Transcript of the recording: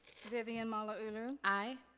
vivian malauulu? aye.